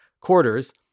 quarters